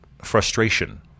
frustration